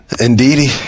Indeedy